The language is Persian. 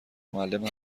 معلم